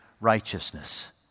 righteousness